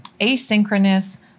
asynchronous